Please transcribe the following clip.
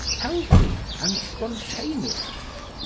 healthy, and spontaneous.